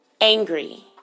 Angry